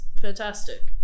fantastic